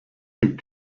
pig